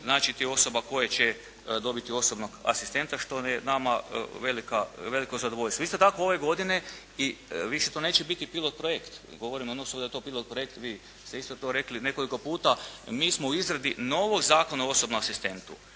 broj tih osoba koje će dobiti osobnog asistenta što je nama veliko zadovoljstvo. Isto tako, ove godine i više to neće biti pilot projekt. Govorimo u odnosu da je to pilot projekt, vi ste isto to rekli nekoliko puta. Mi smo u izradi novog zakona o osobnom asistentu.